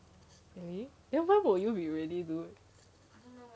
then when will you be ready dude